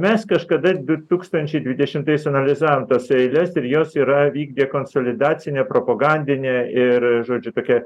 mes kažkada du tūkstančiai dvidešimtais analizavom tas eiles ir jos yra vykdė konsolidacinę propagandinę ir žodžiu tokią